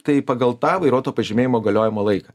tai pagal tą vairuoto pažymėjimo galiojimo laiką